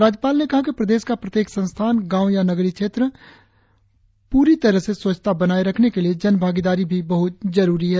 राज्यपाल ने कहा कि प्रदेश का प्रत्येक संस्थान गांव या नगरीय सभी क्षेत्र में प्ररी तरह से स्वच्छता बनाए रखने में जनभागीदारी भी बहुत जरूरी है